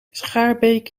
schaarbeek